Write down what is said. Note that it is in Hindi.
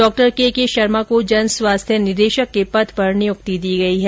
डॉक्टर के के शर्मा को जन स्वास्थ्य निदेशक के पद पर नियुक्ति दी गई है